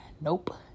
nope